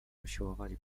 usiłowali